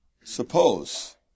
suppose